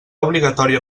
obligatòria